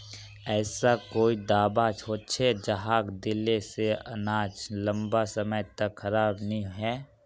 ऐसा कोई दाबा होचे जहाक दिले से अनाज लंबा समय तक खराब नी है?